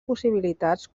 possibilitats